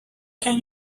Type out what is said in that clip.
can